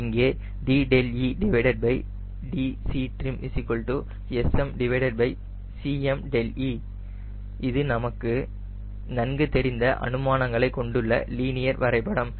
இங்கே dedCLtrim SMCme இது நமக்கு நன்கு தெரிந்த அனுமானங்களை கொண்டுள்ள லீனியர் வரைபடம்